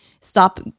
stop